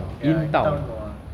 ya in town no ah